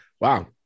wow